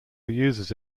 uses